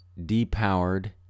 depowered